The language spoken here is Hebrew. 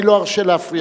אני לא ארשה להפריע.